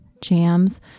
jams